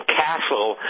castle